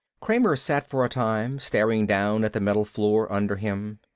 kramer sat for a time, staring down at the metal floor under him.